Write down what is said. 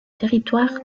territoire